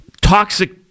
toxic